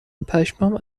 پشمام